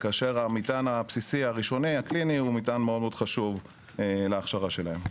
כאשר המטען הבסיסי הראשוני הקליני הוא מטען מאוד מאוד חשוב להכשרה שלהם.